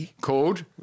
called